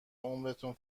عمرتون